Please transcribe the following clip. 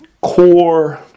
core